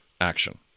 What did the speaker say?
action